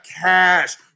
cash